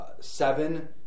Seven